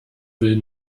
will